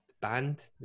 band